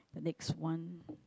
the next one